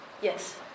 Yes